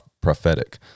prophetic